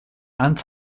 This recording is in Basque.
antz